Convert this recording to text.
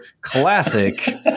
classic